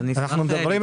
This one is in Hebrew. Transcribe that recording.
אנחנו מדברים,